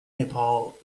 nepal